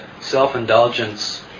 self-indulgence